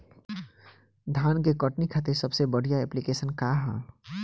धान के कटनी खातिर सबसे बढ़िया ऐप्लिकेशनका ह?